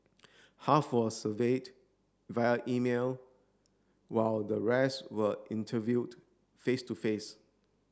half were surveyed via email while the rest were interviewed face to face